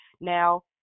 now